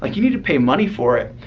like you need to pay money for it.